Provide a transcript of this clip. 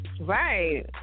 Right